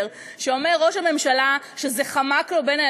זה שאין בושה יותר,